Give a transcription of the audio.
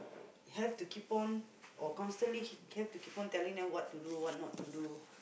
have to keep on or constantly have to keep telling them what to do what not to do